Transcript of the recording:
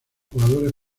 jugadores